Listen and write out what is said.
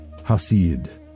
Hasid